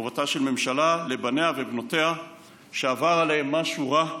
חובתה של ממשלה לבניה ולבנותיה שעבר עליהם משהו רע,